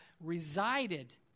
resided